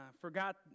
forgot